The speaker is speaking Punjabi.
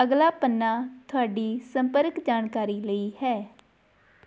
ਅਗਲਾ ਪੰਨਾ ਤੁਹਾਡੀ ਸੰਪਰਕ ਜਾਣਕਾਰੀ ਲਈ ਹੈ